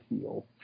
feel